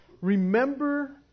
Remember